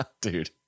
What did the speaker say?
Dude